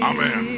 Amen